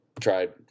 tried